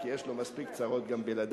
כי יש לו מספיק צרות גם בלעדי.